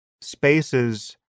spaces